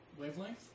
Wavelength